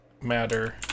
matter